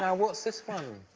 now, what's this one?